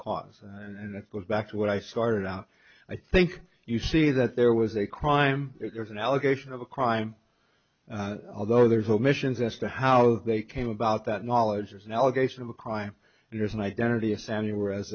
cause and it goes back to what i started out i think you see that there was a crime there is an allegation of a crime although there's omissions as to how they came about that knowledge is an allegation of a crime there's an identity a family were as